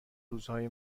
روزهای